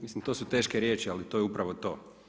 Mislim to su teške riječi ali to je upravo to.